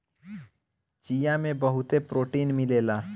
चिया में बहुते प्रोटीन मिलेला